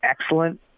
excellent